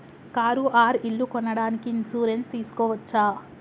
Car or ఇల్లు కొనడానికి insurance తీస్కోవచ్చా?